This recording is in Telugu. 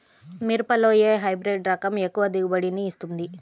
మిరపలో ఏ హైబ్రిడ్ రకం ఎక్కువ దిగుబడిని ఇస్తుంది?